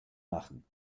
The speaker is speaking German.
machen